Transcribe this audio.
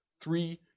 Three